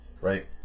right